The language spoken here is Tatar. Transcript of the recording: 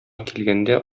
килгәндә